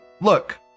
Look